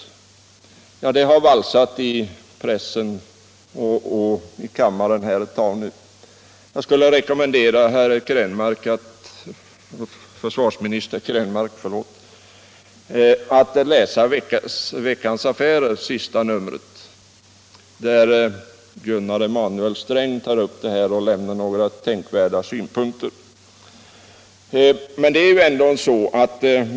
Det uttrycket har valsat runt i pressen och i kammaren ett tag nu. Jag skulle rekommendera försvarsminister Krönmark att läsa Veckans Affärer, senaste numret, där Gunnar Emanuel Sträng tar upp detta och anlägger några tänkvärda synpunkter.